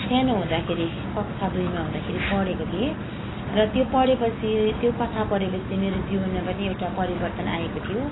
सानो हुँदाखेरि कक्षा दुईमा हुँदाखेरि पढेको थिएँ र त्यो पढेपछि त्यो कथा पढेपछि मेरो जीवनमा पनि एउटा परिवर्तन आएको थियो